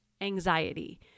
anxiety